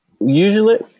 usually